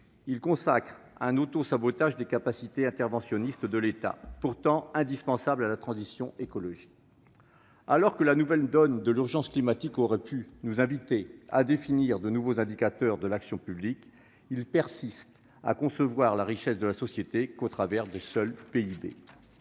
consacre un autosabotage des capacités d'intervention de l'État, pourtant indispensables à la transition écologique. Alors que la nouvelle donne de l'urgence climatique aurait pu nous inviter à définir de nouveaux indicateurs de l'action publique, on persiste ici à ne concevoir la richesse de la société qu'à travers le seul PIB.